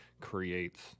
creates